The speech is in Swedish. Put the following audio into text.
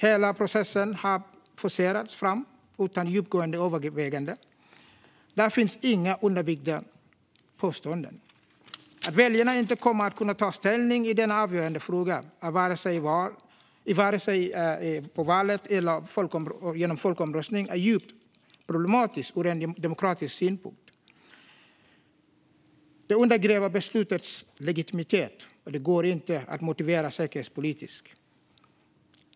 Hela processen har forcerats fram utan djupgående överväganden. Det finns inga underbyggda påståenden. Att väljarna inte kommer att kunna ta ställning i denna avgörande fråga i vare sig val eller folkomröstning är djupt problematiskt ur en demokratisk synpunkt. Det undergräver beslutets legitimitet, och det går inte att motivera säkerhetspolitiskt.